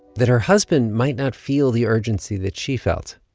that her husband might not feel the urgency that she felt,